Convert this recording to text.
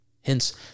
hence